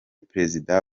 perezida